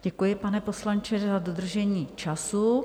Děkuji, pane poslanče, za dodržení času.